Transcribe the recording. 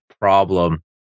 problem